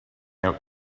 out